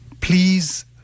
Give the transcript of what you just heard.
please